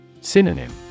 Synonym